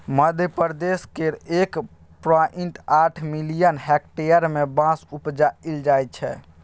मध्यप्रदेश केर एक पॉइंट आठ मिलियन हेक्टेयर मे बाँस उपजाएल जाइ छै